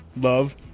Love